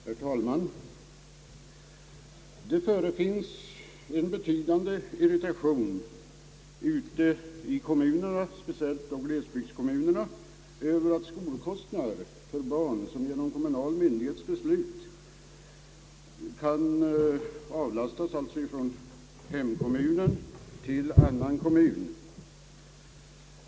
Herr talman! Det förefinns en betydande irritation ute i kommunerna, speciellt då glesbygdskommunerna, över att skolkostnader för barn kan genom kommunal myndighets beslut avlastas från hemkommunen till annan kommun.